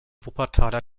wuppertaler